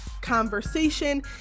conversation